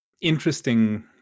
interesting